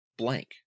blank